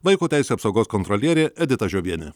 vaiko teisių apsaugos kontrolierė edita žiobienė